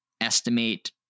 estimate